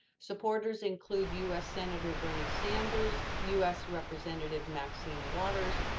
supporters include us senator bernie sanders, us representative maxine waters,